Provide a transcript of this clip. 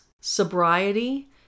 sobriety